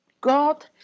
God